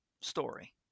story